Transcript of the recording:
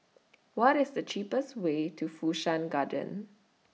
What IS The cheapest Way to Fu Shan Garden